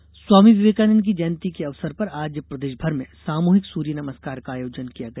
सूर्य नमस्कार स्वामी विवेकानंद की जयंती के अवसर पर आज प्रदेश भर में सामूहिक सूर्य नमस्कार का आयोजन किया गया